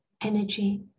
energy